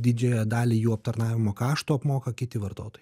didžiąją dalį jų aptarnavimo kašto apmoka kiti vartotojai